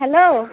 hello